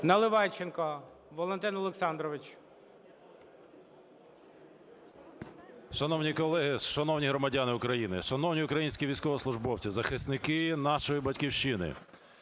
Наливайченко Валентин Олександрович. 18:30:17 НАЛИВАЙЧЕНКО В.О. Шановні колеги, шановні громадяни України, шановні українські військовослужбовці, захисники нашої Батьківщини,